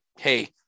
Hey